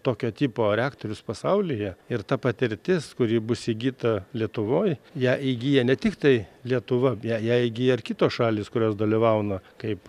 tokio tipo reaktorius pasaulyje ir ta patirtis kuri bus įgyta lietuvoj ją įgyja ne tiktai lietuva ją ją įgyja ir kitos šalys kurios dalyvauna kaip